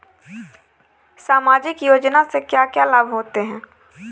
सामाजिक योजना से क्या क्या लाभ होते हैं?